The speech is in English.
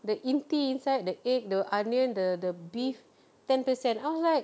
the inti inside the egg the onion the the beef ten percent I was like